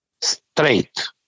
straight